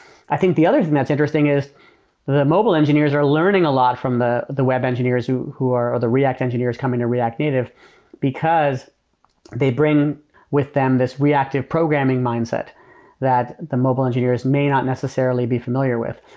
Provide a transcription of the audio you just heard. i think the others thing that's interesting is the mobile engineers are learning a lot from the the web engineers who who are of the react engineers coming to react native because they bring with them this reactive programming mindset that the mobile engineers may not necessarily be familiar with.